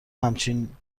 همچنین